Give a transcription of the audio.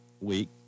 week